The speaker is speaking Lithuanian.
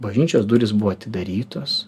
bažnyčios durys buvo atidarytos